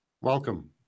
Welcome